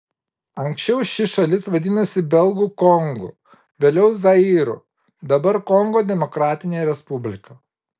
anksčiau ši šalis vadinosi belgų kongu vėliau zairu dabar kongo demokratinė respublika